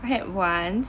I had once